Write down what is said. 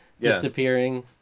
disappearing